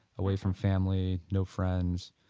away from family, no friends,